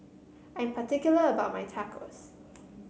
I'm particular about my Tacos